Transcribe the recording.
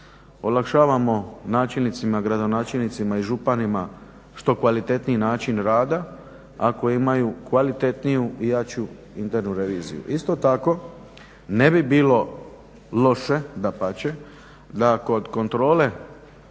olakšavamo načelnicima, gradonačelnicima i županima što kvalitetniji način rada ako imaju kvalitetniju i jaču internu reviziju. Isto tako, ne bi bilo loše, dapače da kod kontrole